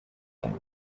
thing